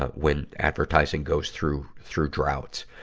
ah when advertising goes through, through droughts.